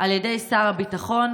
על ידי שר הביטחון,